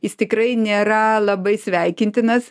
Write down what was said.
jis tikrai nėra labai sveikintinas